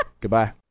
Goodbye